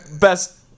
best